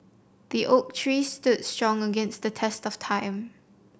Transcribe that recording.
the oak tree stood strong against the test of time